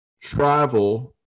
travel